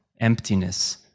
emptiness